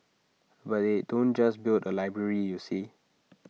but they don't just build A library you see